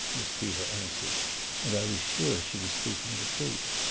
miss tita answered and i was sure she was speaking the truth.